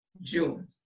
June